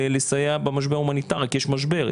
לסייע במשבר ההומניטרי כי יש משבר.